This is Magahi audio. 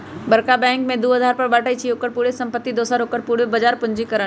बरका बैंक के दू अधार पर बाटइ छइ, ओकर पूरे संपत्ति दोसर ओकर पूरे बजार पूंजीकरण